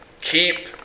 Keep